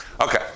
Okay